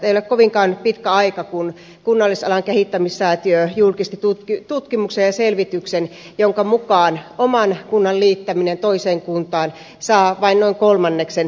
ei ole kovinkaan pitkä aika kun kunnallisalan kehittämissäätiö julkisti tutkimuksen ja selvityksen jonka mukaan oman kunnan liittäminen toiseen kuntaan saa vain noin kolmanneksen kannatuksen